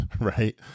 right